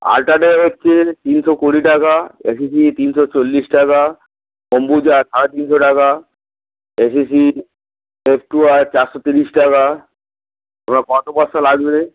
UltraTech হচ্ছে তিনশো কুড়ি টাকা এসিসি তিনশো চল্লিশ টাকা অম্বুজা সাড়ে তিনশো টাকা এসিসি চারশো তিরিশ টাকা আপনার কত বস্তা লাগবে